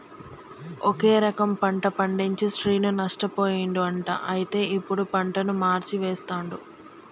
ఒకే రకం పంట పండించి శ్రీను నష్టపోయిండు అంట అయితే ఇప్పుడు పంటను మార్చి వేస్తండు